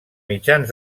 mitjans